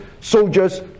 soldiers